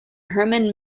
herman